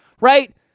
right